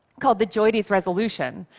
called the joides resolution.